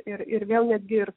ir ir vėl netgi ir